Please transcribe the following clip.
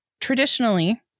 traditionally